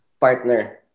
partner